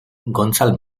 gontzal